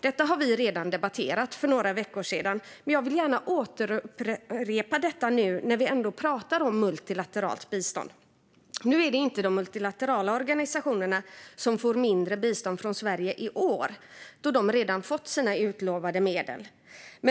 Detta har vi redan debatterat, för några veckor sedan, men jag vill gärna upprepa det nu när vi ändå talar om multilateralt bistånd. Nu är det inte de multilaterala organisationerna som får mindre bistånd från Sverige i år, då de redan har fått sina utlovade medel.